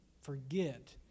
forget